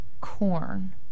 corn